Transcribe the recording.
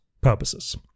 purposes